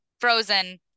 frozen